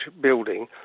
building